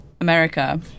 America